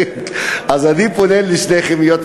אז אני פונה אל שניכם פה,